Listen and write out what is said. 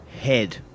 head